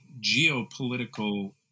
geopolitical